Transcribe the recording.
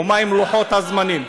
מהם לוחות הזמנים?